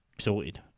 Sorted